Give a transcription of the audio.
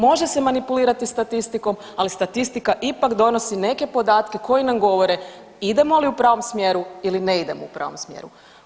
Može se manipulirati statistikom, ali statistika ipak donosi neke podatke koji nam govore idemo li u pravom smjeru ili ne idemo u pravom smjeru.